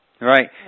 Right